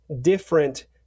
different